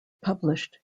published